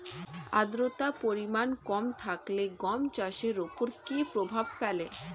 আদ্রতার পরিমাণ কম থাকলে গম চাষের ওপর কী প্রভাব ফেলে?